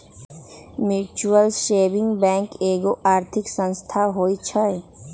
mutual saving bank एगो आर्थिक संस्थान होइ छइ